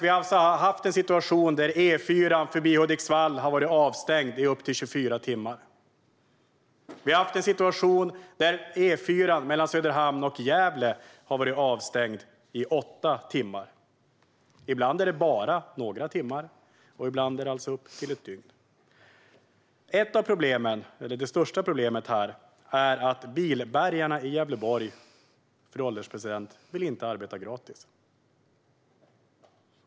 Vi har alltså haft en situation där E4:an förbi Hudiksvall har varit avstängd i upp till 24 timmar. Vi har haft en situation där E4:an mellan Söderhamn och Gävle har varit avstängd i åtta timmar. Ibland är det bara några timmar, och ibland är det alltså upp till ett dygn. Fru ålderspresident! Det största problemet är att bilbärgarna i Gävleborg inte vill arbeta gratis.